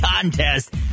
Contest